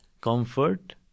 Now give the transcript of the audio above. comfort